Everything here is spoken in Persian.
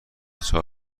چهار